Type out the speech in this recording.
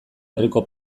herriko